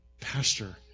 pastor